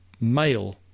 male